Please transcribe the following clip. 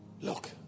Look